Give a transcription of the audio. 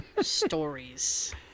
stories